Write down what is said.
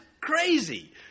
crazy